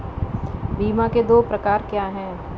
बीमा के दो प्रकार क्या हैं?